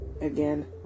again